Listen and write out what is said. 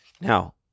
Now